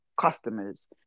customers